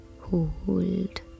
Hold